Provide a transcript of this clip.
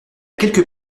quelque